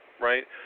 right